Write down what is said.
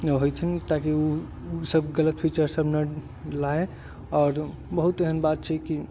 होयथिन ताकि ओ सब गलत फीचर सब नहि लय आओर बहुत एहन बात छै की